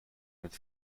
with